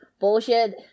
bullshit